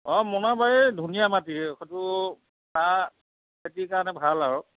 অঁ মোনাবাৰী ধুনীয়া মাটি সেইটো চাহখেতিৰ কাৰণে ভাল আৰু